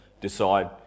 decide